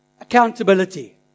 Accountability